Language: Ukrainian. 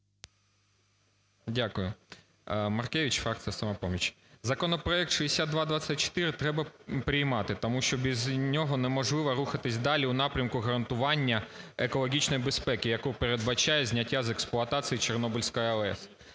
Дякую. Маркевич, фракція "Самопоміч". Законопроект 6224 треба приймати, тому що без нього неможливо рухатись далі у напрямку гарантування екологічної безпеки, яку передбачає зняття з експлуатації Чорнобильської АЕС.